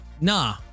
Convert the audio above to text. nah